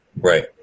Right